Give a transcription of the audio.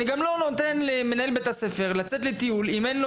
אז אני גם לא נותן למנהל בית הספר לצאת לטיול אם אין לו